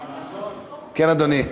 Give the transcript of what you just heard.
מר חסון, כן, אדוני.